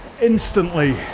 instantly